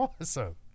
awesome